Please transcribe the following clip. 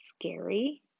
scary